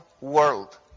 world